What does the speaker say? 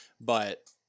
But-